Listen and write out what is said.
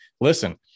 Listen